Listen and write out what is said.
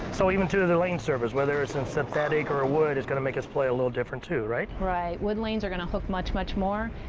so, even to to the lane surface, whether it's and synthetic or wood is going to make us play a little different too, right? right, wooden lanes are going to hook much, much more,